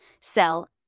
sell